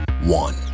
one